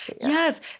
Yes